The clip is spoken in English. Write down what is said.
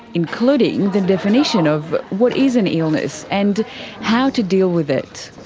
including the definition of what is an illness and how to deal with it.